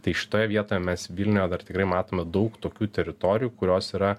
tai šitoje vietoje mes vilniuje dar tikrai matome daug tokių teritorijų kurios yra